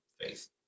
faith